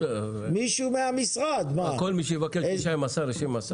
כל מי שיבקש פגישה עם השר, ישב עם השר?